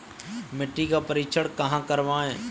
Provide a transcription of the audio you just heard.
मिट्टी का परीक्षण कहाँ करवाएँ?